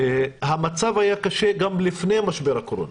המצב היה קשה גם לפני משבר הקורונה,